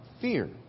fear